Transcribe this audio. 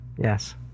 Yes